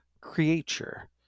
creature